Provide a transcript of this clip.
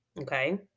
okay